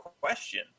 question